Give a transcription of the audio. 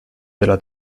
della